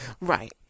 Right